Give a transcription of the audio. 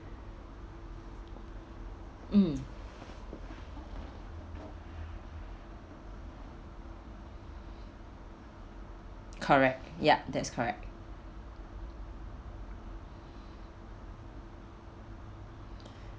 mm correct yup that's correct